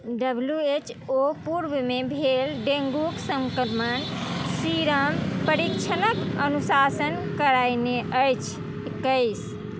W H O पूर्वमे भेल डेंगूके सङ्क्रमण सीरम परीक्षणके अनुशासन करैने अछि एकैस